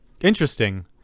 Interesting